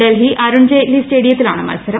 ഡൽഹി അരുൺജെയ്റ്റ്ലി സ്റ്റേഡിയത്തിലാണ് മത്സൂരം